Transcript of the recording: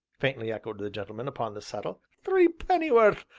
faintly echoed the gentleman upon the settle, three pennyworth.